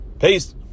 peace